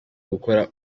ugukora